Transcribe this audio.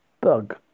bug